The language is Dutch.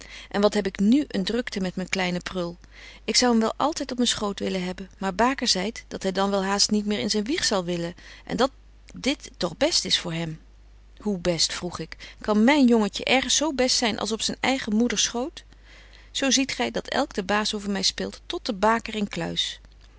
en wat heb ik nu een drukte met myn kleine prul ik zou hem wel altyd op myn schoot willen hebben maar baker zeit dat hy dan wel haast niet meer in zyn wieg zal willen en dat dit toch best is voor hem hoe best vroeg ik kan myn jongje ergens zo best zyn als op zyn eige moeders schoot zo ziet gy dat elk den baas over my speelt tot de baker inkluis